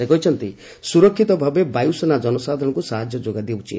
ସେ କହିଛନ୍ତି ସୁରକ୍ଷିତ ଭାବେ ବାୟୁସେନା ଜନସାଧାରଣଙ୍କୁ ସାହାଯ୍ୟ ଯୋଗାଇ ଦେଉଛି